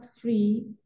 free